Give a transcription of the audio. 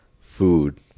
food